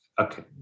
Okay